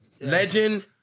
legend